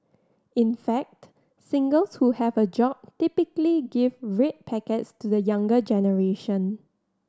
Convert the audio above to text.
in fact singles who have a job typically give red packets to the younger generation